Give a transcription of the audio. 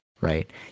right